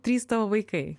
trys tavo vaikai